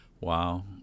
Wow